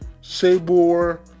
Sabor